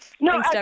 No